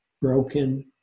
Broken